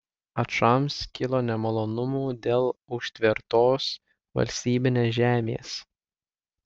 ačams kilo nemalonumų dėl užtvertos valstybinės žemės